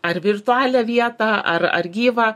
ar virtualią vietą ar ar gyvą